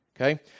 okay